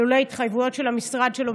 וכן להוסיף שלולא התחייבויות של המשרד שלו,